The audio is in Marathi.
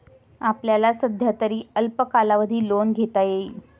आपल्याला सध्यातरी अल्प कालावधी लोन घेता येईल